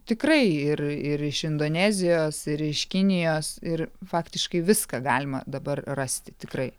tikrai ir ir iš indonezijos ir iš kinijos ir faktiškai viską galima dabar rasti tikrai